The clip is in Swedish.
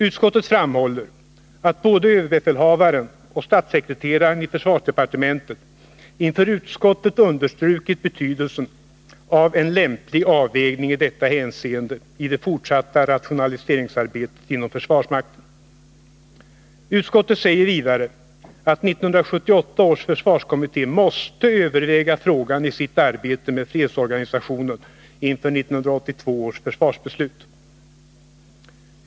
Utskottet framhåller att både överbefälhavaren och statssekreteraren i försvarsdepartementet inför utskottet understrukit betydelsen av en lämplig avvägning i detta hänseende i det fortsatta rationaliseringsarbetet inom försvarsmakten. Utskottet säger vidare att 1978 års försvarskommitté måste överväga frågan i sitt arbete med fredsorganisationen inför 1982 års försvarsbeslut.